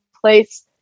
place